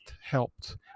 helped